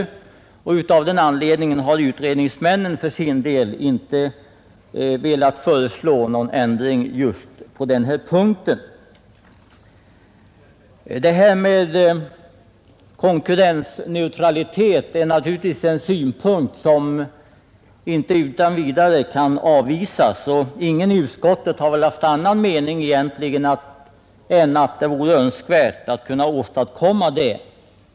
Av den anledningen har utredningsmännen för sin del inte velat föreslå någon ändring på den punkten. Sedan är naturligtvis konkurrensneutraliteten en synpunkt som inte kan avvisas utan vidare. Ingen i utskottet har väl heller haft någon annan mening där än att det vore önskvärt att kunna åstadkomma detta.